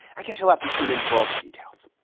i think you'll have to tune in for all the details.